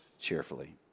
cheerfully